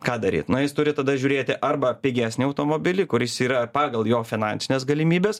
ką daryt nu jis turi tada žiūrėti arba pigesnį automobilį kuris yra pagal jo finansines galimybes